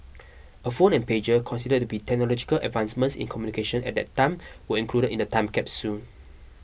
a phone and pager considered to be technological advancements in communication at that time were included in the time capsule